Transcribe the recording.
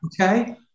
Okay